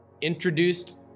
introduced